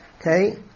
Okay